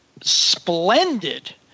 splendid